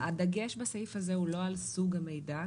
הדגש בסעיף הזה הוא לא על סוג המידע,